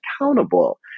accountable